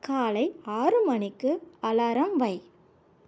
காலை ஆறு மணிக்கு அலாரம் வை